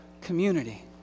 community